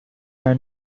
are